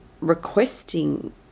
requesting